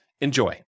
Enjoy